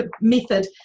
method